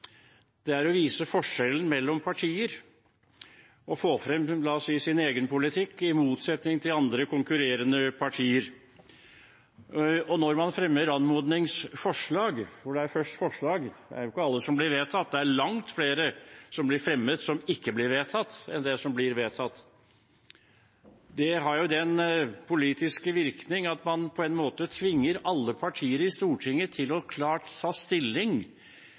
det er å vise forskjellen mellom partier og få frem sin egen politikk i motsetning til andre, konkurrerende partiers politikk. Når man fremmer anmodningsforslag – det er først forslag, det er jo ikke alle som blir vedtatt, det er langt flere som blir fremmet, og som ikke blir vedtatt, enn som blir vedtatt – har det den politiske virkning at man på en måte tvinger alle partier i Stortinget til klart å ta stilling